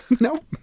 Nope